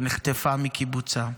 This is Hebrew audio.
שנחטפה מקיבוצה,